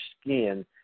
skin